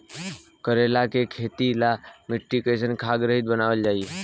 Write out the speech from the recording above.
करेला के खेती ला मिट्टी कइसे खाद्य रहित बनावल जाई?